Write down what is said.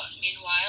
Meanwhile